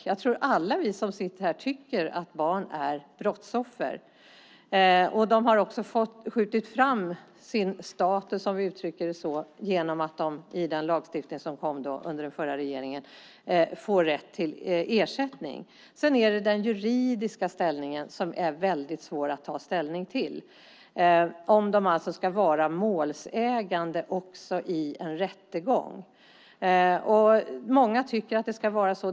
Jag tror att alla vi som sitter här tycker att barn är brottsoffer. De har också fått sin status framskjuten genom att de får rätt till ersättning i den lagstiftning som kom under den förra regeringen, men det är väldigt svårt att ta ställning till den juridiska statusen. Det handlar alltså om huruvida de också ska vara målsägande i en rättegång. Många tycker att det ska vara så.